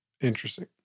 Interesting